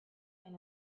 been